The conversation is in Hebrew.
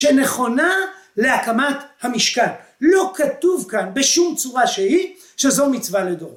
‫שנכונה להקמת המשקל. ‫לא כתוב כאן בשום צורה שהיא ‫שזו מצווה לדור.